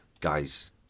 guys